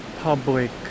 public